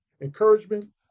encouragement